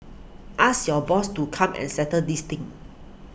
ask your boss to come and settle this thing